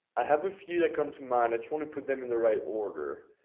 ah have a few that come to mind, just wanna put them in the right order.